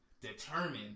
determined